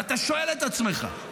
ואתה שואל את עצמך,